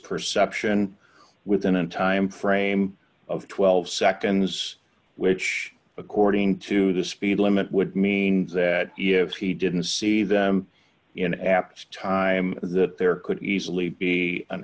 perception within a timeframe of twelve seconds which according to the speed limit would mean that if he didn't see them in apts time that there could easily be an